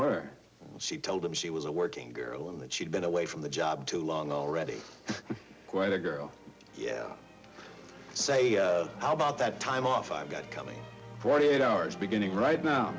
where she told him she was a working girl and that she'd been away from the job too long already quite a girl yeah i say how about that time off i've got coming forty eight hours beginning